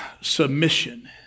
submission